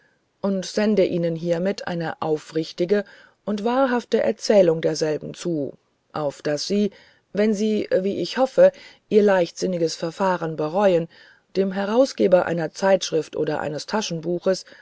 und sende ihnen hiermit eine aufrichtige und wahrhafte erzählung derselben zu auf daß sie wenn sie wie ich hoffe ihr leichtsinniges verfahren bereuen dem herausgeber einer zeitschrift oder eines